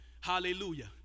hallelujah